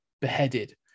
beheaded